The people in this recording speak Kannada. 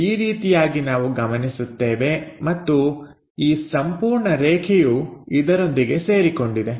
ಈ ರೀತಿಯಾಗಿ ನಾವು ಗಮನಿಸುತ್ತೇವೆ ಮತ್ತು ಈ ಸಂಪೂರ್ಣ ರೇಖೆಯು ಇದರೊಂದಿಗೆ ಸೇರಿಕೊಂಡಿದೆ